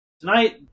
Tonight